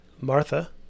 Martha